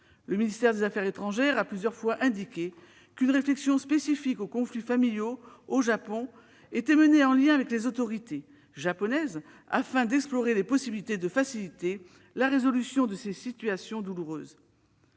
Le ministère des affaires étrangères a plusieurs fois indiqué qu'une réflexion spécifique aux conflits familiaux au Japon était menée en lien avec les autorités japonaises, afin d'explorer les possibilités de faciliter la résolution de ces situations douloureuses.